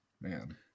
Man